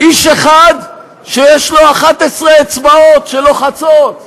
איש אחד שיש לו 11 אצבעות שלוחצות אוטומטית,